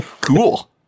Cool